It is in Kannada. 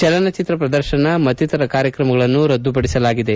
ಚಲನಚಿತ್ರ ಪ್ರದರ್ಶನ ಮತ್ತಿತರ ಕಾರ್ಯಕ್ರಮಗಳನ್ನು ರದ್ದುಪಡಿಸಲಾಗಿದೆ